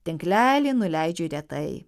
tinklelį nuleidžiu retai